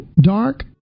dark